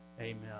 Amen